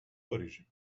парижі